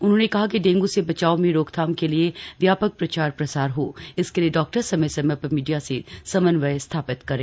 उन्होंने कहा कि डेंगू से बचाव में रोकथाम के लिए व्यापक प्रचार प्रसार हो इसके लिए डॉक्टर समय समय पर मीडिया से समन्वय स्थापित करे